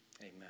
Amen